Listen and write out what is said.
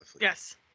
Yes